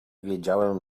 wiedziałem